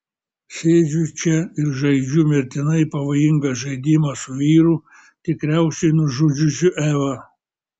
sėdžiu čia ir žaidžiu mirtinai pavojingą žaidimą su vyru tikriausiai nužudžiusiu evą